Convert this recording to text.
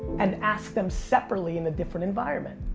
and ask them separately in a different environment.